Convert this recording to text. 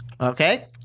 Okay